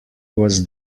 was